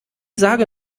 sage